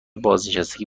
بازنشستگی